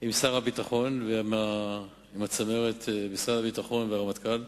עם שר הביטחון ועם הצמרת של משרד הביטחון והרמטכ"ל,